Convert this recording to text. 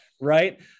right